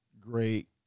great